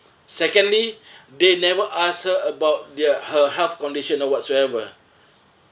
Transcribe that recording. secondly they never ask her about their her health condition or whatsoever